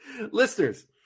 Listeners